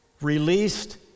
Released